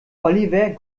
oliver